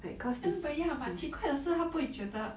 eh but ya 奇怪的是他不会觉得